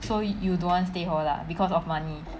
so you don't want stay hall lah because of money